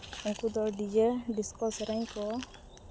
ᱩᱱᱠᱩ ᱫᱚ DJ disco ᱥᱮᱨᱮᱧ ᱠᱚ